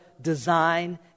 design